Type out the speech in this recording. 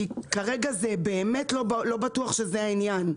כי כרגע באמת לא בטוח שזה העניין.